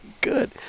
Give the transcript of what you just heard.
good